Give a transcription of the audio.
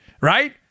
right